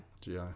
GI